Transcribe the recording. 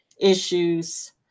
issues